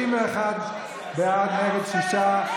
31 בעד, שישה נגד.